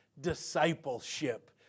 discipleship